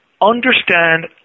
understand